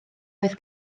oedd